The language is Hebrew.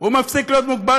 מפסיק להיות מוגבל,